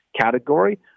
category